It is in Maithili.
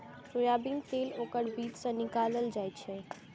सोयाबीन तेल ओकर बीज सं निकालल जाइ छै